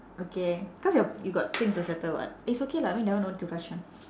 okay because your you got things to settle [what] it's okay lah I mean that one don't need to rush [one]